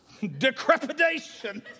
decrepitation